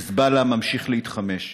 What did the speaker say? חיזבאללה ממשיך להתחמש.